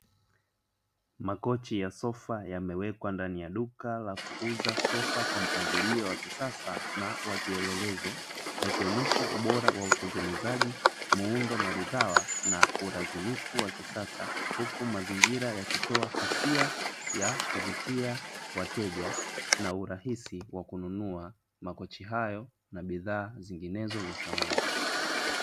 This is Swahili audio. Makochi ya sofa yamewekwa ndani ya duka la kuuza sofa kwa mpangilio wa kisasa na wakielelezo yakionyesha ubora wa utengenezaji, muundo maridhawa na ulazinifu wa kisasa huku mazingira yakitoa hisia ya kuvutia wateja na urahisi wa kununua makochi hayo na bidhaa zinginezo za samani.